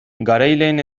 garaileen